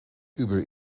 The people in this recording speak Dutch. uber